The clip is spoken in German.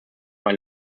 noch